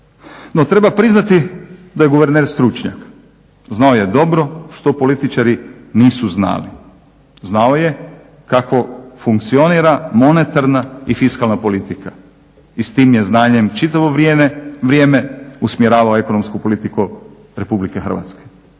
treba priznati da je guverner stručnjak. Znao je dobro što političari nisu znali. Znao je kako funkcionira monetarna i fiskalna politika i s tim je znanjem čitavo vrijeme usmjeravao ekonomsku politiku RH. Dakako